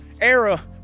era